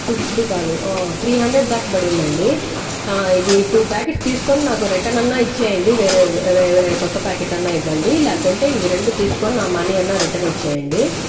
to fifty కాదు three hundred దాక పడింది అండి ఇది టూ ప్యాకెట్స్ తీసుకొని నాకు రిటర్న్ అన్నా ఇచ్చేయండి వేరే వేరే కొత్త ప్యాకెట్ అన్న ఇవ్వండి లేకుంటే ఇవి రెండు తీసుకొని నా మనీ అన్నా రిటర్న్ ఇచ్చేయండి